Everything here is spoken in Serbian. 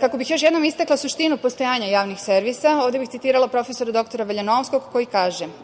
Kako bih još jednom istakla suštinu postojanja javnih servisa, ovde bih citirala prof. dr Valjanovskog koji kaže: